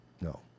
No